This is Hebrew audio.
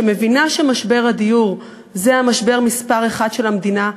שמבינה שמשבר הדיור זה המשבר מספר אחת של המדינה.